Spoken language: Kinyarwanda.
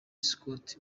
scott